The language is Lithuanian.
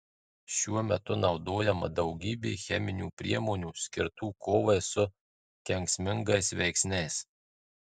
šiuo metu naudojama daugybė cheminių priemonių skirtų kovai su kenksmingais veiksniais